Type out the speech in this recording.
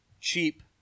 cheap